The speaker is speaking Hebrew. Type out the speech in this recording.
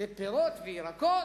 לפירות וירקות,